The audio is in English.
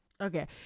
Okay